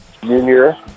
junior